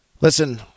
Listen